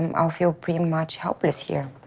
um i'll feel pretty much helpless here.